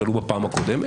שעלו בפעם הקודמת,